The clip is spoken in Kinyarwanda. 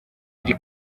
iri